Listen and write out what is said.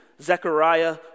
Zechariah